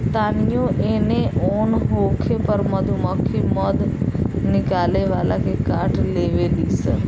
तानियो एने ओन होखे पर मधुमक्खी मध निकाले वाला के काट लेवे ली सन